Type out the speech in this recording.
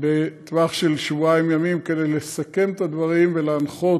בטווח של שבועיים ימים כדי לסכם את הדברים ולהנחות,